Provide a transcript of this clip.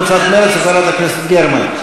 קבוצת מרצ וחברת הכנסת גרמן.